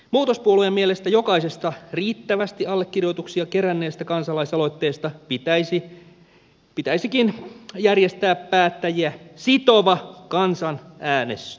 muutos puolueen mielestä jokaisesta riittävästi allekirjoituksia keränneestä kansalaisaloitteesta pitäisikin järjestää päättäjiä sitova kansanäänestys